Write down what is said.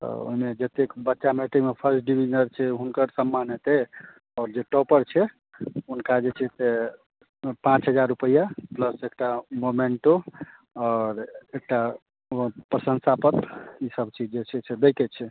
तऽ ओहिमे जतेक बच्चा मैट्रिकमे फर्स्ट डिवीजनर छै हुनकर सम्मान हेतै आओर जे टॉपर छै हुनका जे छै से पाँच हजार रुपैआ प्लस एकटा मोमेन्टो आओर एकटा प्रशंसा पत्र ईसभ जे छै दै के छै